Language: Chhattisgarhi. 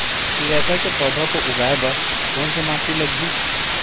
चिरैता के पौधा को उगाए बर कोन से माटी लगही?